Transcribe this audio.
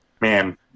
man